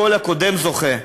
שבה כל הקודם זוכה,